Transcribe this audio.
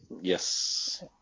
Yes